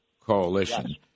coalition